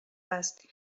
است